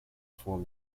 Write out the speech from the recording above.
form